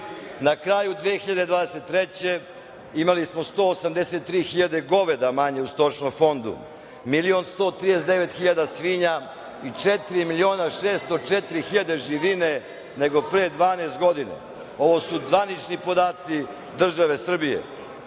kraju 2023. godine imali smo 183.000 goveda manje u stočnom fondu, 1.139.000 svinja i 4.604.000 živine nego pre 12 godina. Ovo su zvanični podaci države Srbije. Udišemo